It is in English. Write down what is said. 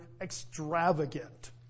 extravagant